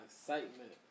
excitement